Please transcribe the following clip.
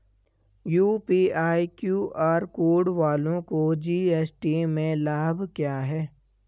UPI QR code वालों को GST में लाभ क्या है?